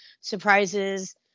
surprises